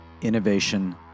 Innovation